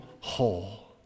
whole